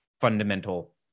fundamental